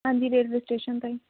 ਹਾਂਜੀ railway station ਤੋਂ ਜੀ